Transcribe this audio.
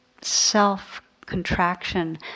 self-contraction